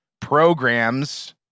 programs